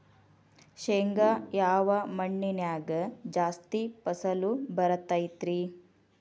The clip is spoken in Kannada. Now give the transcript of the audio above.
ಶೇಂಗಾ ಯಾವ ಮಣ್ಣಿನ್ಯಾಗ ಜಾಸ್ತಿ ಫಸಲು ಬರತೈತ್ರಿ?